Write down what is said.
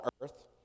earth